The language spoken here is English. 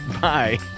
Bye